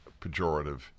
pejorative